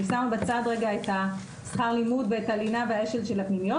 אני שמה בצד רגע את שכר הלימוד ואת הלינה והאש"ל של הפנימיות,